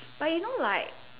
but you know like